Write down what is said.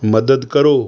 ਮਦਦ ਕਰੋ